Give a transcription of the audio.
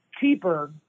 cheaper